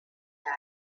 had